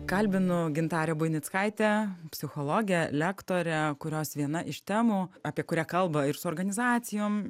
kalbinu gintarę buinickaitę psichologė lektorė kurios viena iš temų apie kurią kalba ir su organizacijom